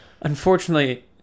Unfortunately